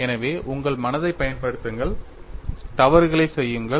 எனவே உங்கள் மனதைப் பயன்படுத்துங்கள் தவறுகளை செய்யுங்கள்